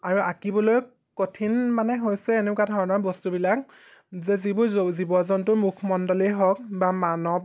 আৰু আঁকিবলৈ কঠিন মানে হৈছে এনেকুৱা ধৰণৰ বস্তুবিলাক যে যিবোৰ জীৱ জন্তুৰ মুখমণ্ডলেই হওক বা মানৱ